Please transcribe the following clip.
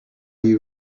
you